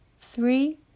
three